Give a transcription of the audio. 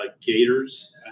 gators